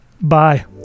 bye